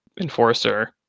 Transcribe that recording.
enforcer